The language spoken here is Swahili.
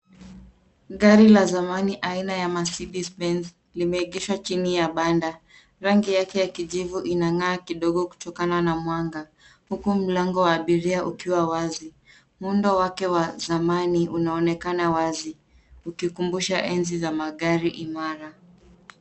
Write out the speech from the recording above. Gari la zamani aina ya Mercedes Benz limeegeshwa chini ya banda. Rangi yake ya kijivu inang'aa kidogo kutokana na mwanga huku mlango wa abiria ukiwa wazi. Muundo wake wa zamani unaonekana wazi ukikumbusha enzi za magari imara.